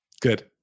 good